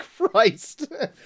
Christ